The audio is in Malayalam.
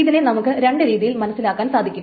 ഇതിനെ നമുക്ക് രണ്ടു രീതിയിൽ മനസ്സിലാക്കാൻ സാധിക്കും